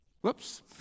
Whoops